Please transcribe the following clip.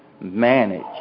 manage